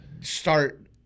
start